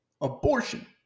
Abortion